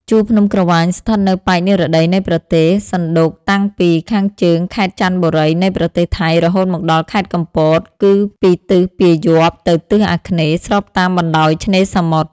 ជួរភ្នំក្រវាញ ស្ថិតនៅប៉ែកនិរតីនៃប្រទេស សណ្ដូកតាំងពីខាងជើងខេត្តចន្ទបុរីនៃប្រទេសថៃ រហូតមកដល់ខេត្តកំពត គឺពីទិសពាយ័ព្យ ទៅទិសអាគ្នេយ៍ ស្របតាមបណ្តោយឆ្នេរសមុទ្រ ។